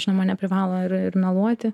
žinoma neprivalo ir ir meluoti